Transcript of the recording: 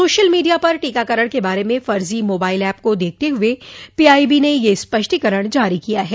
social media पर टीकाकरण के बारे में फर्जी मोबाइल ऐप को देखते हुए पीआईबी ने यह स्परष्टीकरण जारी किया है